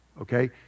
Okay